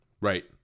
right